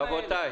רבותיי,